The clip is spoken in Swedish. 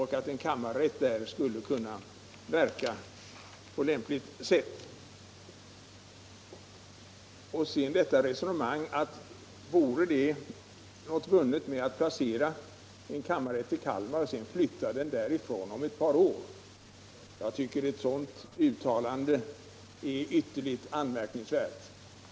Här har sagts att inget är vunnet med att placera en kammarrätt i Kalmar och sedan flytta den därifrån om ett par år. Jag tycker ett sådant uttalande är ytterligt anmärkningsvärt.